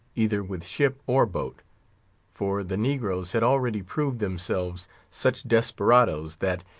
either with ship or boat for the negroes had already proved themselves such desperadoes, that,